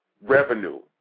revenue